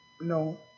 No